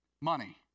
money